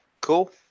cool